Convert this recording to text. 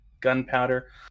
gunpowder